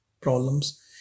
problems